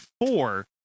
four